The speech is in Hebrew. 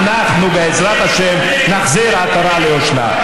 אנחנו בעזרת השם נחזיר עטרה ליושנה.